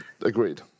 Agreed